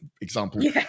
example